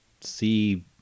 see